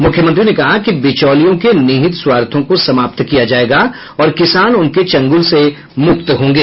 मुख्यमंत्री ने कहा कि बिचौलियों के निहित स्वार्थों को समाप्त किया जाएगा और किसान उनके चंगुल से मुक्त होंगे